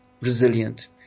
resilient